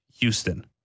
Houston